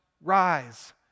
rise